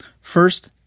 First